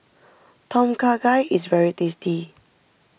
Tom Kha Gai is very tasty